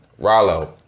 Rallo